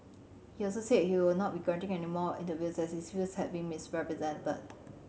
he also said he will not be granting any more interviews as his views had been misrepresented